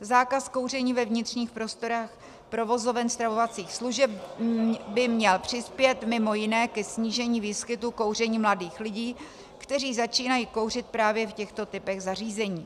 Zákaz kouření ve vnitřních prostorách provozoven stravovacích služeb by měl přispět mimo jiné ke snížení výskytu kouření mladých lidí, kteří začínají kouřit právě v těchto typech zařízení.